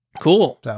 Cool